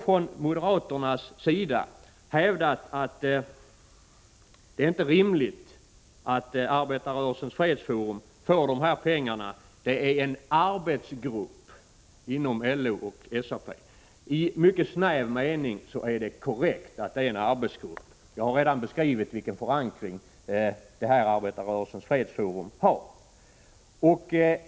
Från moderaternas sida har man hävdat att det inte är rimligt att Arbetarrörelsens fredsforum får dessa pengar, eftersom det är en arbetsgrupp inom LO och SAP. I mycket snäv mening är det korrekt att det är en arbetsgrupp. Jag har redan beskrivit vilken förankring Arbetarrörelsens fredsforum har.